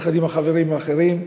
יחד עם החברים האחרים,